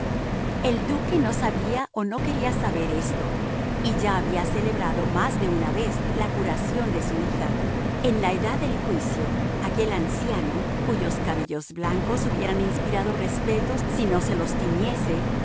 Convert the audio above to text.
el duque no sabía o no quería saber esto y ya había celebrado más de una vez la curación de su hija en la edad del juicio aquel anciano cuyos cabellos blancos hubieran inspirado respeto si no se los tiñese